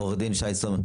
עורך דין שי סומך,